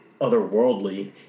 otherworldly